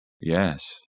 Yes